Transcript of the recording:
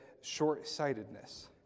short-sightedness